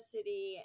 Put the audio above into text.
City